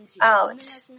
out